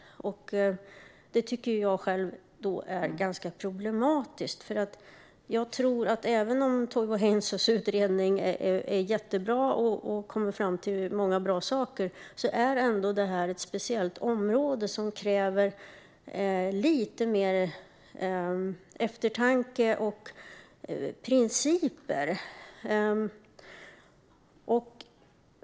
Det tycker jag är ganska problematiskt. Även om Toivo Heinsoos utredning är jättebra och kommer fram till många bra saker är detta ett speciellt område som jag tror kräver lite mer eftertanke och principer.